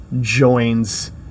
joins